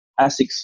Asics